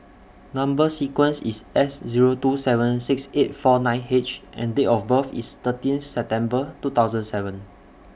Number sequence IS S Zero two seven six eight four nine H and Date of birth IS thirteen September two thousand and seven